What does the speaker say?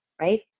right